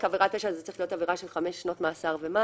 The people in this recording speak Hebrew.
עבירת פשע אלא שזה צריך להיות עבירה של חמש שנות מאסר ומעלה.